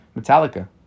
Metallica